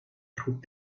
trug